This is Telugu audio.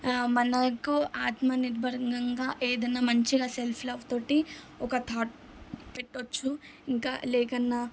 మన ఎక్కువ ఆత్మనిర్బంగంగా ఏదన్నా మంచిగా సెల్ఫ్ లవ్తో ఒక థాట్ పెట్టొచ్చు ఇంకా లేకన్నా